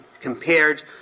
compared